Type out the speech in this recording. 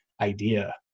idea